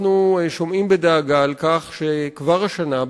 אנחנו שומעים בדאגה על כך שכבר השנה,